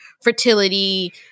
fertility